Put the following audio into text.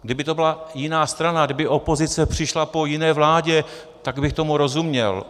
Kdyby to byla jiná strana, kdyby opozice přišla po jiné vládě, tak bych tomu rozuměl.